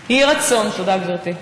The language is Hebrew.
תודה, גברתי.